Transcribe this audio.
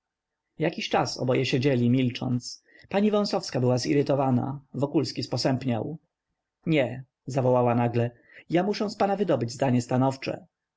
jakiś czas oboje siedzieli milcząc pani wąsowska była zirytowana wokulski sposępniał nie zawołała nagle ja muszę z pana wydobyć zdanie stanowcze